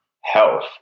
health